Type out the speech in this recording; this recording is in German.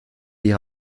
die